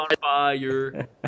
fire